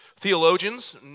Theologians